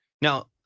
Now